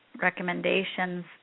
recommendations